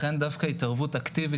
לכן, דווקא פה נדרשת התערבות אקטיבית.